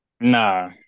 Nah